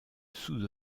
sous